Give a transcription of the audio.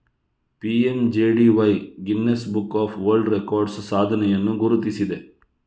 PMJDY Guinness book of world records ಸಾಧನೆಯನ್ನು ಗುರುತಿಸಿದೆ